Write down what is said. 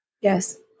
Yes